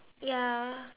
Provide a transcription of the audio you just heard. ya